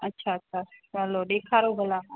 अच्छा अच्छा चलो ॾेखारो भला